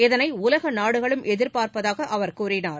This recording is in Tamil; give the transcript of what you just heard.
இதனைஉலகநாடுகளும் எதிர்பார்ப்பதாகஅவர் கூறினார்